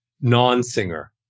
non-singer